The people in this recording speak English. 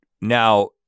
Now